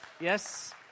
Yes